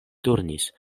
turnis